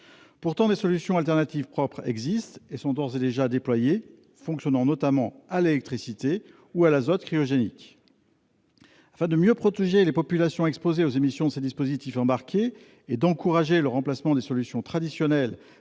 Pourtant, des solutions alternatives propres existent et sont d'ores et déjà déployées ; elles fonctionnent notamment à l'électricité ou à l'azote cryogénique. Afin de mieux protéger les populations exposées aux émissions de ces dispositifs embarqués et d'encourager le remplacement des solutions traditionnelles